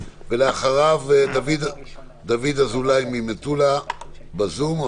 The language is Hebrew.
ואחריו דוד אזולאי ממטולה בזום.